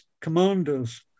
commanders